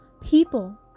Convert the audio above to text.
People